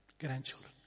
grandchildren